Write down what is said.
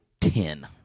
ten